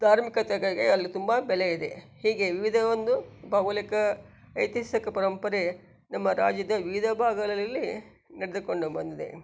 ಧಾರ್ಮಿಕತೆಗೆ ಅಲ್ಲಿ ತುಂಬ ಬೆಲೆ ಇದೆ ಹೀಗೆ ವಿವಿಧ ಒಂದು ಭೌಗೋಳಿಕ ಐತಿಹಾಸಿಕ ಪರಂಪರೆ ನಮ್ಮ ರಾಜ್ಯದ ವಿವಿಧ ಭಾಗಗಳಲ್ಲಿ ನೆಡೆದುಕೊಂಡು ಬಂದಿದೆ